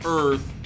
earth